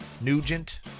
Nugent